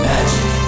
Magic